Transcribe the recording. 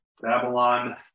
Babylon